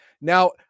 Now